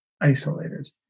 isolated